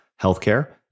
healthcare